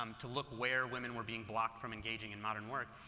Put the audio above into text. um to look where women were being blocked from engaging in modern work.